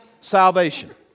salvation